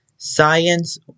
Science